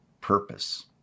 purpose